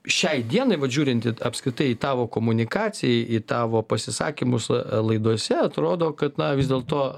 šiai dienai vat žiūrint apskritai į tavo komunikaciją į tavo pasisakymus laidose atrodo kad na vis dėlto